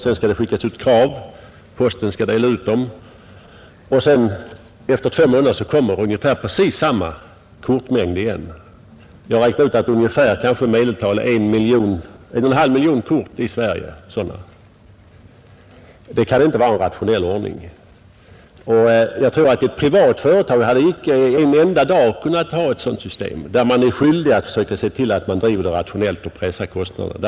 Sedan skall krav skickas ut, och posten skall dela ut dem. Och efter två månader kommer en nästan precis likadan kortmängd igen! Jag har räknat ut att det expedieras ungefär en och en halv miljon sådana kort årligen. Detta kan inte vara en rationell ordning, och jag tror att ett privatföretag icke en enda dag skulle kunna ha ett sådant system, Där är man ju skyldig att se till att driva verksamheten rationellt och pressa kostnaderna.